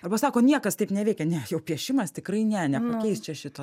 arba sako niekas taip neveikia ne jau piešimas tikrai ne nepakeis čia šito